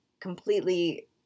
completely